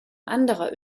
anderer